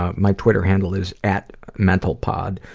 ah my twitter handle is at mentalpod,